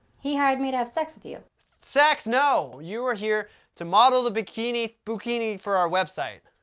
he hired me to have sex with you. sex! no! you are here to model the bikini, boo-kini, for our website.